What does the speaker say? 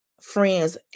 friends